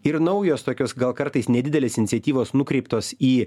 ir naujos tokios gal kartais nedidelės iniciatyvos nukreiptos į